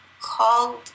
called